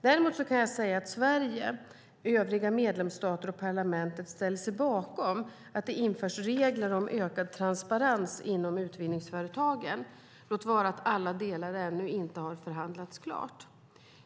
Däremot kan jag säga att Sverige, övriga medlemsstater och parlamentet ställer sig bakom att det införs regler om ökad transparens inom utvinningsföretagen, låt vara att alla delar ännu inte har förhandlats klart.